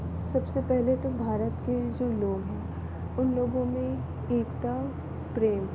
सबसे पहले तो भारत के जो लोग हैं उन लोगों में एकता प्रेम